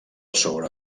sobre